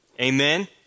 Amen